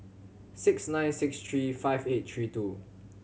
six nine six three five eight three two